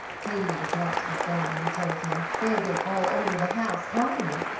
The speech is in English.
peggy was not to be found, they told him. they had been all over the house, calling her.